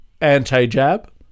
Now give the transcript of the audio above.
anti-jab